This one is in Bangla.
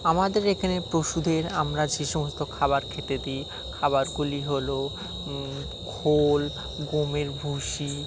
আমাদের এখানে পশুদের আমরা যে সমস্ত খাবার খেতে দিই খাবারগুলি হলো খোল গমের ভুসি